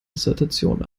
dissertation